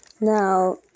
Now